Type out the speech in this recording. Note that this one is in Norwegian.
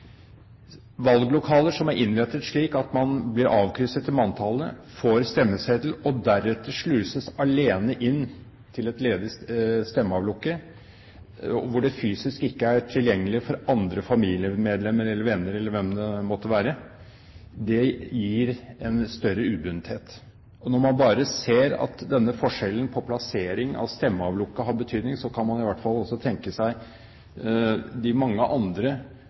Valglokaler som er innrettet slik at man blir avkrysset i manntallet, får stemmeseddel og deretter sluses alene inn til et ledig stemmeavlukke hvor det fysisk ikke er tilgjengelig for andre familiemedlemmer eller venner eller hvem det måtte være, gir en større ubundethet. Når man ser at bare denne forskjellen på plassering av stemmeavlukke har betydning, kan man tenke seg til de mange andre